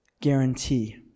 guarantee